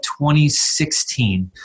2016